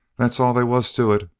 that's all they was to it.